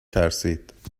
ترسید